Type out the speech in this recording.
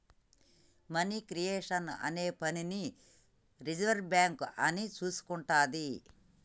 money creation అనే పనిని reserve bank అని చూసుకుంటాది